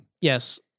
Yes